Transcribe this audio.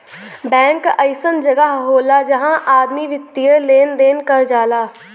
bank अइसन जगह होला जहां आदमी वित्तीय लेन देन कर जाला